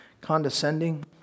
condescending